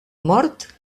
mort